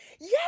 yes